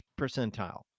percentile